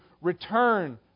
return